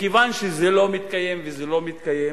מכיוון שזה לא מתקיים, וזה לא מתקיים,